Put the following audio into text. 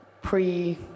pre